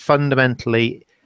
Fundamentally